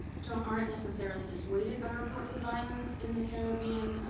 don't, aren't necessarily dissuaded by reports of violence in the caribbean,